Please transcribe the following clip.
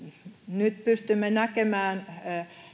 nyt pystymme näkemään